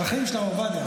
על החיים של הרב עובדיה.